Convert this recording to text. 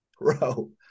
bro